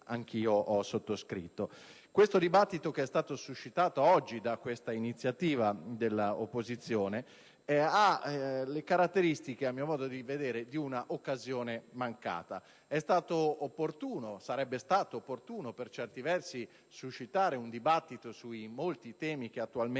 anch'io ho sottoscritto.